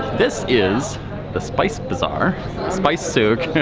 this is the spice bazaar spice souk.